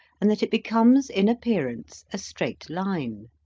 and that it becomes in appear ance a straight line.